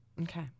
Okay